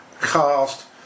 cast